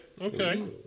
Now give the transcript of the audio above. Okay